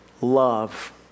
love